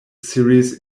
serious